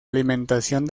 alimentación